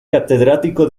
catedrático